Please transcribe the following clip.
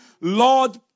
lord